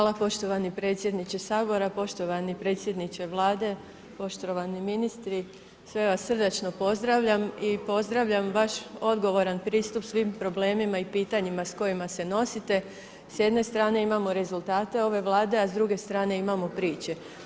Hvala poštovani predsjedniče Sabora, poštovani predsjedniče Vlade, poštovani ministri, sve vas srdačno pozdravljam i pozdravljam vaš odgovoran pristup svim problemima i pitanjima s kojima se nosite, s jedne strane imamo rezultate ove Vlade, a s druge strane imamo priče.